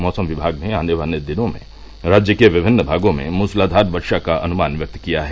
मौसम विभाग ने आने वाले दिनों में राज्य के विभिन्न भागों में मूसलाघार वर्षा का अनुमान व्यक्त किया है